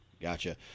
Gotcha